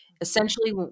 Essentially